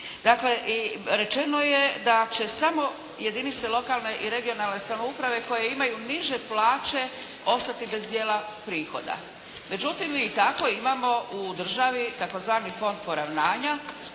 Dakle i rečeno je da će samo jedinice lokalne i regionalne samouprave koje imaju niže plaće ostati bez dijela prihoda. Međutim, mi i tako imamo u državi tzv. Fond poravnanja